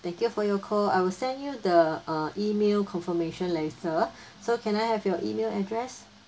thank you for your call I will send you the uh email confirmation later so can I have your email address